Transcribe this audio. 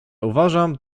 uważam